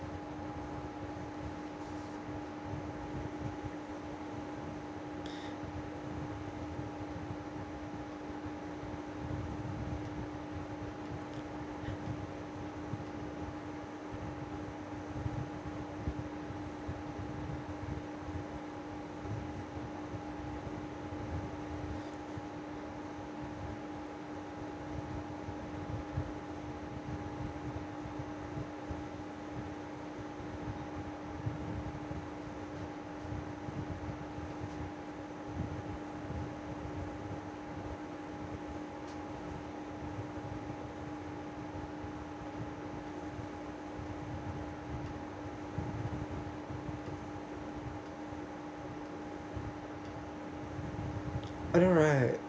I know right